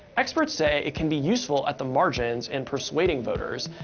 experts say it can be useful at the margins in persuading voters,